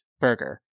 Burger